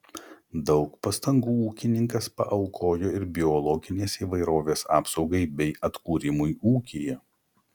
daug pastangų ūkininkas paaukojo ir biologinės įvairovės apsaugai bei atkūrimui ūkyje